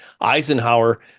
Eisenhower